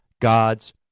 God's